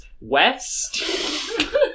West